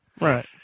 Right